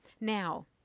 Now